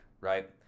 right—